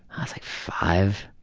i was like five,